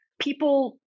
people